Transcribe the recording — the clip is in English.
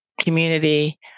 community